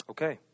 Okay